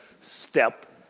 step